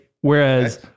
Whereas